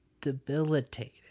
debilitating